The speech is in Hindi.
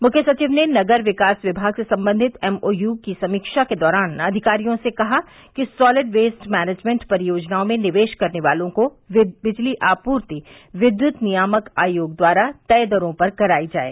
मुख्य सचिव ने नगर विकास विभाग से संबंधित एमआेयू की समीक्षा के दौरान अधिकारियों से कहा कि सॉलिड वेस्ट मैनेजमेंट परियोजनाओं में निवेश करने वालों को बिजली आपूर्ति विद्युत नियामक आयोग द्वारा तय दरों पर कराई जाये